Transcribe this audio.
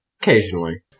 occasionally